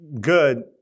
good